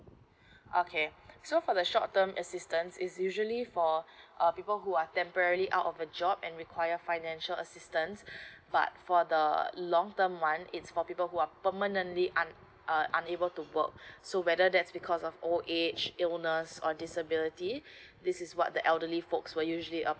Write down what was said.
okay so for the short term assistance is usually for uh people who are temporary out of a job and require financial assistance but for the long term one it's for people who are permanently un~ unable to work so whether that's because of old age illness or disability this is what the elderly folks were usually